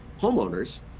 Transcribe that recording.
homeowners